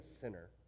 sinner